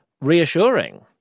reassuring